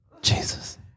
Jesus